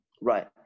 Right